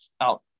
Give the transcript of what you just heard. out